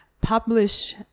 publish